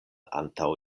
antaŭ